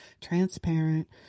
transparent